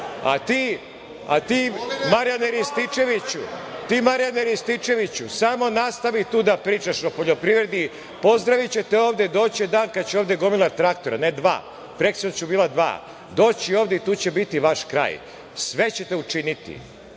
ti, Marijane Rističeviću, samo nastavi tu da pričaš o poljoprivredi. Pozdraviće te ovde, doći će dan kad će ovde gomila traktora, ne dva, preksinoć su bila dva, doći će ovde i tu će biti vaš kraj. Sve ćete učiniti